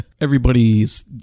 Everybody's